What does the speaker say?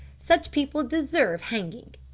such people deserve hanging.